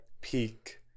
peak